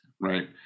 Right